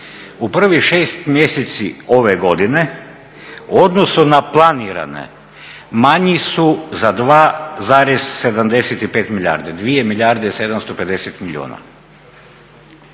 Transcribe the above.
u prvih 6 mjeseci ove godine u odnosu na planirane manji su za 2,75 milijardi, 2 milijarde 750 milijuna